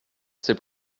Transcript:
c’est